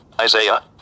Isaiah